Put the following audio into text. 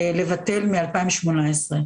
לבטל מ-2018.